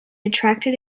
attracted